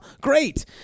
Great